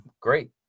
Great